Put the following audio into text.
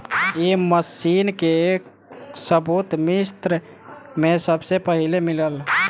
ए machine के सबूत मिस्र में सबसे पहिले मिलल